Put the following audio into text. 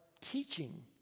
teaching